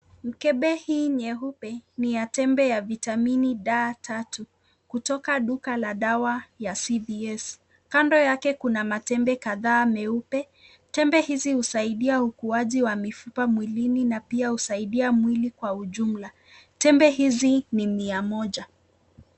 Mkebe hii nyeupe ni ya tembe ya vitamini D3 kutoka duka la dawa la CVS. Kando yake kuna matembe kadhaa meupe. Tembe hizi husaidia ukuaji wa mifupa mwilini na pia husadia mwili kwa ujumla tembe hizi ni mia moja.